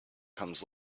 comes